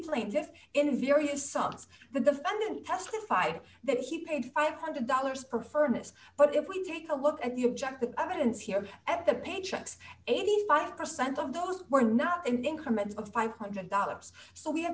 plaintiffs in various sons the fund testified that he paid five hundred dollars per furnace but if we take a look at the objective evidence here at the paychecks eighty five percent of those were not in increments of five hundred dollars so we have